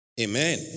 Amen